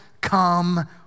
come